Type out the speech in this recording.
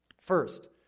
First